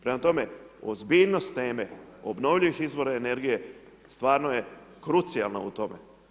Prema tome, ozbiljnost teme obnovljivih izvora energije stvarno je krucijalna u tome.